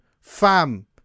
fam